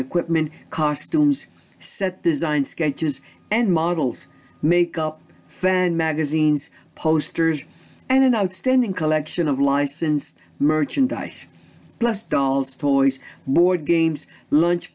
equipment costumes set design sketches and models makeup then magazines posters and an outstanding collection of licensed merchandise plus dolls toys board games lunch